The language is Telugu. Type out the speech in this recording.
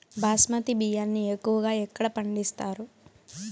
బాస్మతి బియ్యాన్ని ఎక్కువగా ఎక్కడ పండిస్తారు?